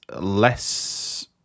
less